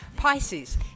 Pisces